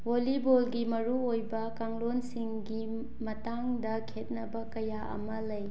ꯕꯣꯜꯂꯤꯕꯣꯜꯒꯤ ꯃꯔꯨ ꯑꯣꯏꯕ ꯀꯥꯡꯂꯣꯟꯁꯤꯡꯒꯤ ꯃꯇꯥꯡꯗ ꯈꯦꯠꯅꯕ ꯀꯌꯥ ꯑꯃ ꯂꯩ